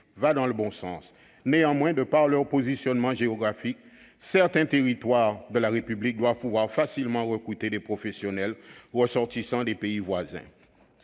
va dans le bon sens. Néanmoins, de par leur positionnement géographique, certains territoires de la République doivent pouvoir facilement recruter des professionnels ressortissants de pays voisins.